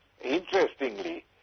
Interestingly